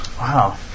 Wow